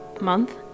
month